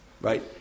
Right